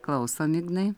klausom ignai